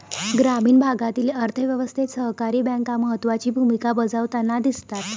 ग्रामीण भागातील अर्थ व्यवस्थेत सहकारी बँका महत्त्वाची भूमिका बजावताना दिसतात